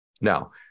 Now